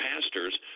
pastors